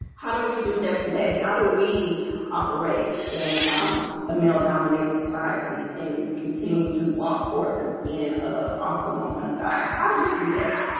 how do we do that today? how do we operate in a male-dominated society and continue to walk forth. it's been ah awesome woman of god. how do we do that?